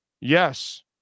Yes